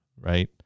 right